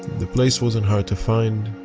the place wasn't hard to find.